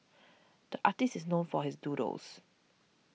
the artist is known for his doodles